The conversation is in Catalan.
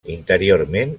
interiorment